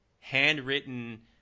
handwritten